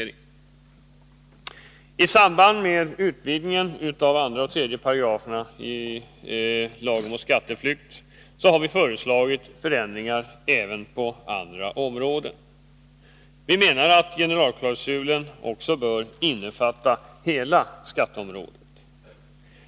I samband med utvidgningen av 2 § och 3 § i lagen om skatteflykt har vi föreslagit förändringar även på andra områden. Vi menar att generalklausulen också bör innefatta hela skatteområdet.